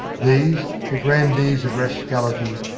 these, the grandees of rascality,